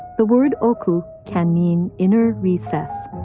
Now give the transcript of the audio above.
the word oku can mean inner recess,